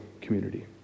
community